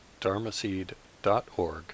dharmaseed.org